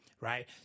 right